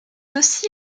aussi